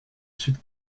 sud